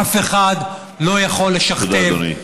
אף אחד לא יכול לשכתב, תודה, אדוני.